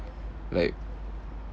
like